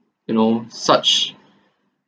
you know such